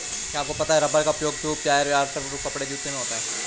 क्या आपको पता है रबर का उपयोग ट्यूब, टायर, वाटर प्रूफ कपड़े, जूते में होता है?